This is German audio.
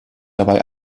dabei